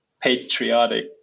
patriotic